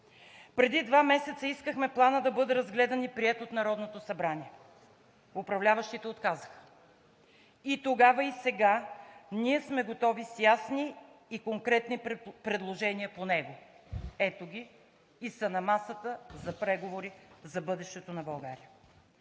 Преди два месеца искахме Планът да бъде разгледан и приет от Народното събрание, управляващите отказаха. И тогава, и сега ние сме готови с ясни и конкретни предложения по него. Ето ги и са на масата за преговори за бъдещето на България.